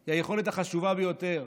היא היכולת החשובה ביותר.